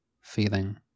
feeling